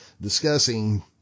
discussing